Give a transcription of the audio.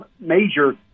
major